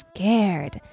Scared